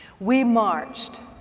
we marched,